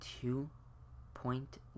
two-point